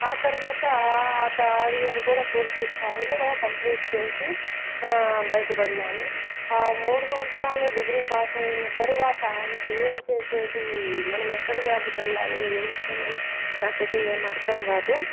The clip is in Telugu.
ఆ తరువాత ఆ థర్డ్ ఇయర్ కూడా పూర్తి స్థాయిలో కంప్లీట్ చేసి బయటపడినాను ఆ మూడు సంవత్సరాలు డిగ్రీ పాస్ అయిన తరువాత ఇంక ఏం చేసేది మనమెక్కడ జాబ్కు వెళ్ళాలి ఏ విషయం అని నాకైతే ఏం అర్ధంకాదు